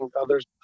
others